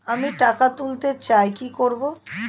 আমি টাকা তুলতে চাই কি করব?